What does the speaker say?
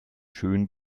schön